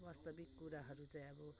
वास्तविक कुराहरू चाहिँ अब